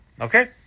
Okay